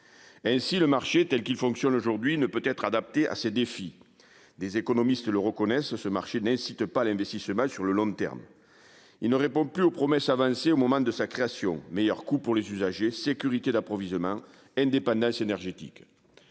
Ainsi, le marché tel qu'il fonctionne aujourd'hui ne peut pas être adapté à ces défis. Des économistes le reconnaissent, ce marché n'incite pas à l'investissement sur le long terme. Il ne répond plus aux promesses avancées au moment de sa création : meilleur coût pour les usagers, sécurité d'approvisionnement, indépendance énergétique.